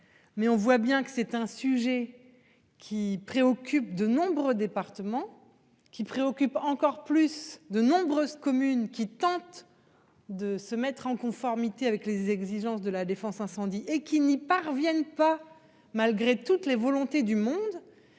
Mais on voit bien que c'est un sujet qui préoccupe de nombreux départements qui préoccupe encore plus de nombreuses communes qui tente. De se mettre en conformité avec les exigences de la défense incendie et qui n'y parviennent pas. Malgré toutes les volontés du monde.